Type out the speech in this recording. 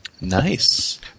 Nice